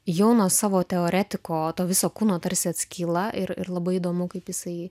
jau nuo savo teoretiko to viso kūno tarsi atskyla ir ir labai įdomu kaip jisai